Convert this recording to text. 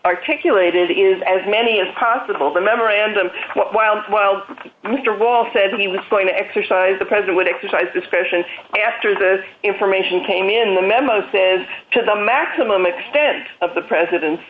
articulated is as many as possible the memorandum while while mister wall says we were going to exercise the president would exercise discretion after this information came in the memo says to the maximum extent of the president